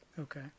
okay